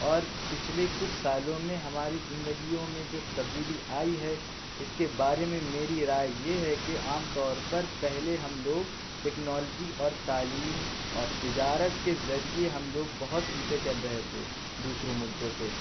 اور پچھلے کچھ سالوں میں ہماری زندگیوں میں جو تبدیلی آئی ہے اس کے بارے میں میری رائے یہ ہے کہ عام طور پر پہلے ہم لوگ ٹیکنالوجی اور تعلیم اور تجارت کے ذریعے ہم لوگ بہت پیچھے چل رہے تھے دوسرے ملکوں سے